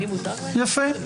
יפה.